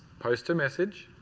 post your message.